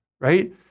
right